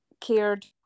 Cared